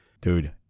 Dude